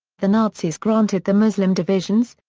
the nazis granted the muslim divisions,